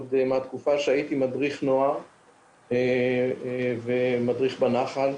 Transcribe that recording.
עוד מהתקופה שהייתי מדריך נוער ומדריך בנח"ל